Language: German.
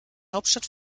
hauptstadt